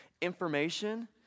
information